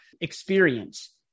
experience